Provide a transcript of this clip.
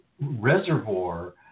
reservoir